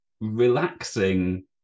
relaxing